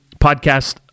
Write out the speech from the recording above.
podcast